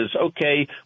okay